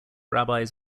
rabbis